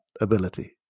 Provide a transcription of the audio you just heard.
ability